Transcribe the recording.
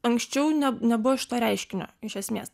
anksčiau ne nebuvo šito reiškinio iš esmės